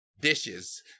dishes